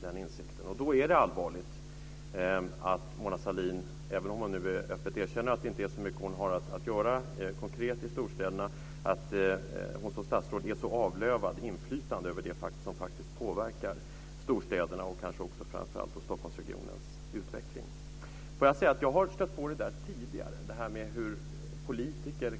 Det är då allvarligt att Mona Sahlin, även om hon nu öppet erkänner att hon inte har så mycket konkret att göra i storstäderna, som statsråd är så avlövad på inflytande över det som faktiskt påverkar storstädernas och kanske framför allt Stockholmsregionens utveckling. Jag har tidigare stött på att politiker